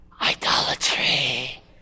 Idolatry